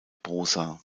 prosa